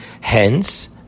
Hence